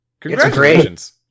Congratulations